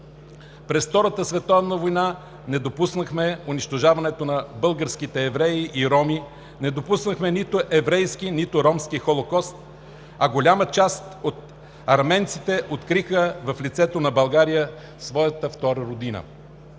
през Втората световна война не допуснахме унищожаването на българските евреи и роми – не допуснахме нито еврейски, нито ромски холокост, а голяма част от арменците откриха в лицето на България своята втора родина.